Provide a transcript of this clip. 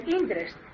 interest